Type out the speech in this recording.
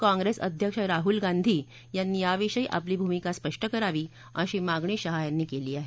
काँग्रेस अध्यक्ष राहुल गांधी यांनी याविषयी आपली भूमिका स्पष्ट करावी अशी मागणी शाह यांनी केली आहे